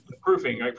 proofing